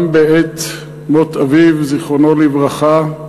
גם בעת מות אביו, זיכרונו לברכה,